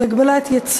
22 קולות בעד,